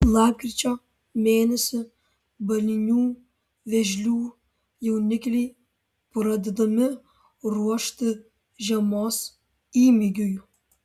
lapkričio mėnesį balinių vėžlių jaunikliai pradedami ruošti žiemos įmygiui